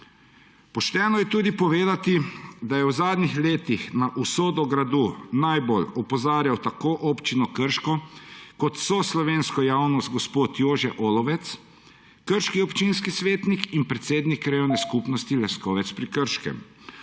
Pošteno je tudi povedati, da je v zadnjih letih na usodo gradu najbolj opozarjal tako Občino Krško kot vso slovensko javnost gospod Jože Olovec, krški občinski svetnik in predsednik Krajevne skupnosti Leskovec pri Krškem.